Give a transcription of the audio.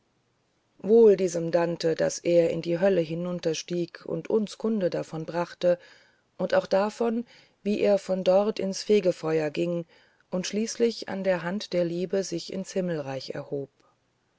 wohl diesem dante daß er in die hölle hinunterstieg und uns kunde davon brachte und auch davon wie er von dort ins fegefeuer ging und schließlich an der hand der liebe sich ins himmelreich erhob